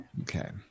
okay